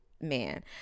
man